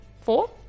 four